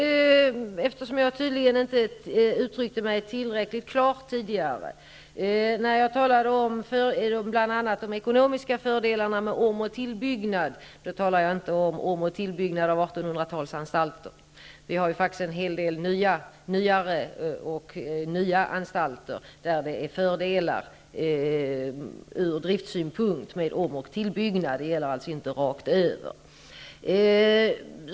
Herr talman! Jag uttryckte mig tydligen inte tillräckligt klart tidigare. När jag talade om bl.a. de ekonomiska fördelarna med om och tillbyggnad talade jag inte om om och tillbyggnad av 1800 talsanstalter. Vi har ju faktiskt en hel del nyare och nya anstalter, där det ur driftssynpunkt är fördelar med om och tillbyggnad. Det jag sade gäller alltså inte rakt över.